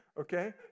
Okay